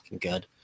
good